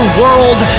world